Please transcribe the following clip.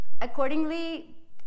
accordingly